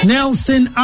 Nelson